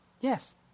Yes